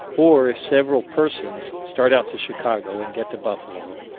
or, if several persons start out to chicago, and get to buffalo,